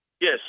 yes